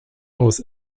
aus